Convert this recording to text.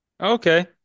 Okay